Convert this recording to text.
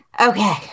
Okay